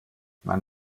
man